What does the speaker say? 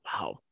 Wow